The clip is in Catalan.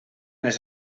les